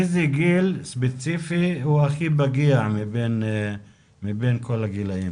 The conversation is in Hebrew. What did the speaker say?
איזה גיל ספציפי הוא הכי פגיע מבין כל הגילאים?